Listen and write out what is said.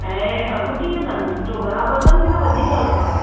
ऐं अघि कीअं अथनि सुठो बराबरि अथनि की न वधीक अघि आहे